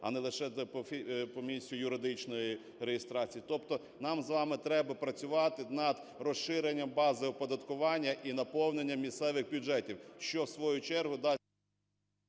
а не лише по місцю юридичної реєстрації. Тобто нам з вами треба працювати над розширенням бази оподаткування і наповнення місцевих бюджетів, що у свою чергу дасть…